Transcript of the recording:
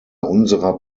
unserer